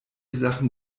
sachen